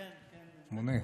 מונה.